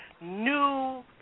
new